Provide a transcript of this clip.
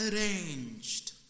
arranged